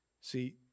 See